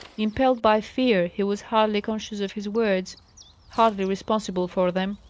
impelled by fear, he was hardly conscious of his words hardly responsible for them.